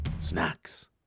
Snacks